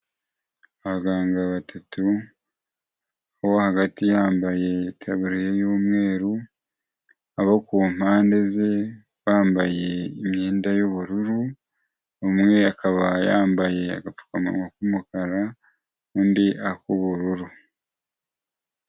Abaganga batatu, uwo hagati yambaye itaburiya y'umweru, abo ku mpande ze bambaye imyenda y'ubururu, umwe akaba yambaye agapfukamunwa k'umukara undi ak'ubururu.